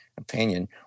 opinion